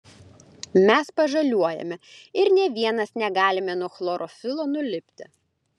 mes pažaliuojame ir nė vienas negalime nuo chlorofilo nulipti